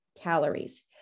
calories